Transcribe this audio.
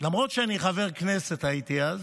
למרות שהייתי אז